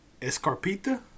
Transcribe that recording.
Escarpita